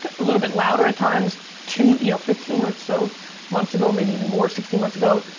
ah a little bit louder at times, two, you know, fifteen or so months ago, maybe even more sixteen months ago,